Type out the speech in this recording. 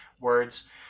words